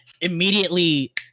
immediately